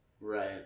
Right